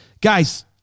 Guys